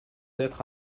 être